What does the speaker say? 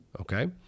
okay